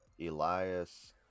Elias